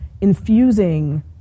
infusing